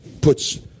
puts